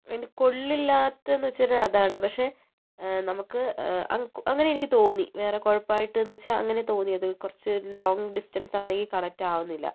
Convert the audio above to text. അതിന് കൊള്ളില്ലാത്തത് എന്നുവെച്ചാൽ അതാണ് പക്ഷേ നമുക്ക് അങ്ങനെ എനിക്ക് തോന്നി വേറെ കുഴപ്പം ആയിട്ടെന്ന് വെച്ചാൽ അങ്ങനെ തോന്നിയത് കുറച്ച് ലോങ്ങ് ഡിസ്റ്റൻസ് ആണെങ്കിൽ കണക്റ്റ് ആവുന്നില്ല